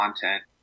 content